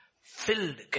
filled